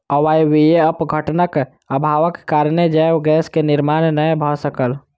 अवायवीय अपघटनक अभावक कारणेँ जैव गैस के निर्माण नै भअ सकल